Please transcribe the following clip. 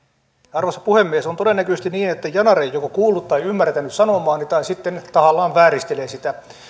arvoisa puhemies on todennäköisesti niin että yanar ei joko kuullut tai ymmärtänyt sanomaani tai sitten tahallaan vääristelee sitä